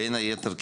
בין היתר,